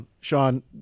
Sean